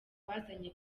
bazanye